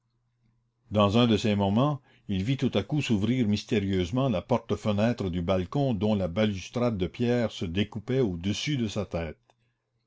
dans un de ces moments il vit tout à coup s'ouvrir mystérieusement la porte-fenêtre du balcon dont la balustrade de pierre se découpait au-dessus de sa tête